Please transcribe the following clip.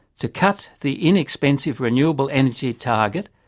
to cut the inexpensive renewable energy target,